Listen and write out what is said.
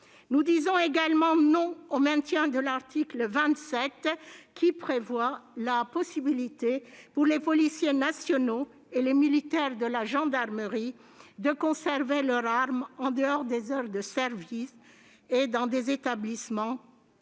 Nous disons également non au maintien de l'article 25, qui prévoit la possibilité, pour les policiers nationaux et les militaires de la gendarmerie, de conserver leur arme en dehors des heures de service et dans des établissements